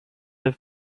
have